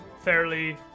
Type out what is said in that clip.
fairly